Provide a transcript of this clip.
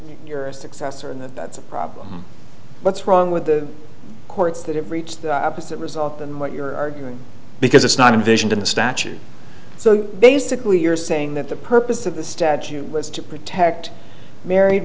your successor and that's a problem what's wrong with the courts that it reached the opposite result than what you're arguing because it's not envisioned in the statute so basically you're saying that the purpose of the statute was to protect married